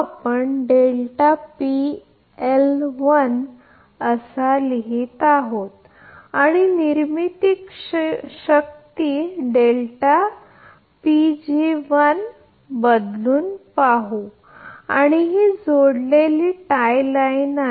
आम्ही ते लिहित आहोत आणि निर्मिती शक्ती बदलून पाहू आणि ही जोडलेली टाय लाइन आहे